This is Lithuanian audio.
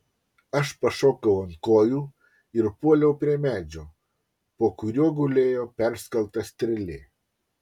aš pašokau ant kojų ir puoliau prie medžio po kuriuo gulėjo perskelta strėlė